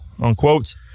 Unquote